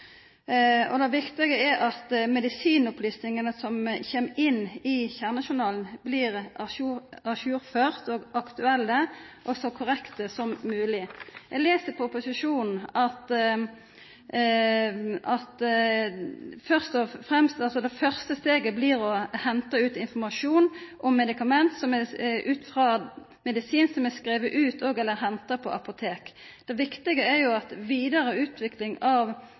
Det viktige er at medisinopplysningane som kjem inn i kjernejournalen, blir ajourførte og aktuelle, og så korrekte som mogleg. Eg les i proposisjonen at det første steget blir å henta ut informasjon om medikament ut frå medisin som er skriven ut og/eller henta på apotek. Det viktige er at vidare utvikling av